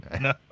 no